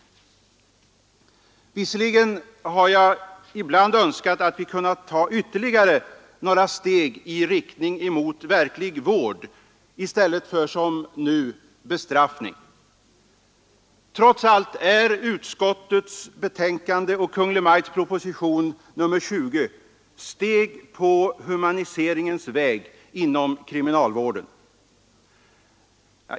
Visserligen har jag ibland önskat att vi kunnat ta några steg ytterligare i riktning mot verklig vård i stället för som nu bestraffning. Trots allt är utskottets betänkande och Kungl. Maj ts proposition nr 20 steg på humaniseringens väg inom kriminalvården.